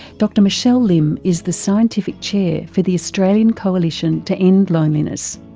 dr michelle lim is the scientific chair for the australian coalition to end loneliness.